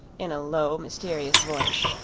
in a low, mysterious voice.